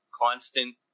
constant